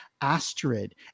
Astrid